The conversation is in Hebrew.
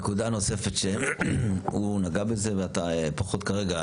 נקודה נוספת שהוא נגע בזה ואתה פחות כרגע.